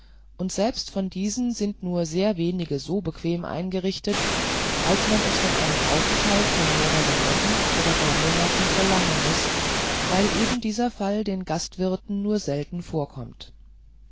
und selbst von diesen sind nur sehr wenige so bequem eingerichtet als man es bei einem aufenthalt von mehreren wochen oder gar monaten verlangen muß eben weil dieser fall den gastwirten nur selten vorkommt